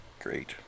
great